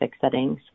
settings